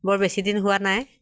বৰ বেছিদিন হোৱা নাই